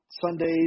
Sunday's